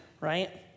Right